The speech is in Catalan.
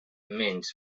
menys